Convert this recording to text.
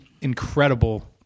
incredible